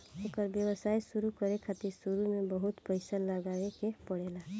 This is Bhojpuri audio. एकर व्यवसाय शुरु करे खातिर शुरू में बहुत पईसा लगावे के पड़ेला